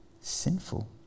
sinful